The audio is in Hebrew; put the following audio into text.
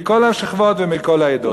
מכל השכבות ומכל העדות.